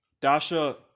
Dasha